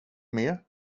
mer